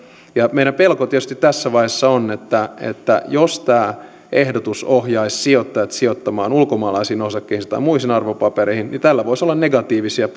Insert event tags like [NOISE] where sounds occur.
meidän pelkomme tietysti tässä vaiheessa on että että jos tämä ehdotus ohjaisi sijoittajat sijoittamaan ulkomaalaisiin osakkeisiin tai muihin arvopapereihin niin tällä voisi olla negatiivisia [UNINTELLIGIBLE]